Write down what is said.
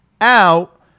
out